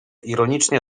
ironicznie